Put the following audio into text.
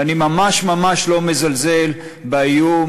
ואני ממש ממש לא מזלזל באיום,